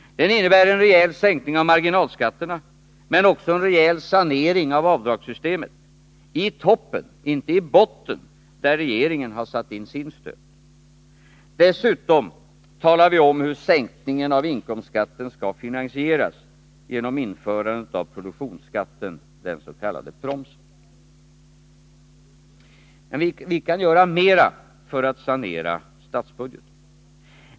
Den innebär en rejäl sänkning av marginalskatterna men också en rejäl sanering av avdragssystemet — i toppen, inte i botten, där regeringen har satt in sin stöt. Dessutom talar vi om hur sänkningen av inkomstskatten skall finansieras — genom införandet av produktionsskatten, den s.k. promsen. Vi kan emellertid göra mera när det gäller att sanera statsbudgeten.